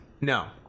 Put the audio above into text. No